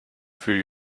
three